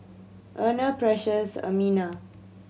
Erna Precious Ermina